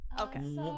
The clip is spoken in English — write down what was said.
okay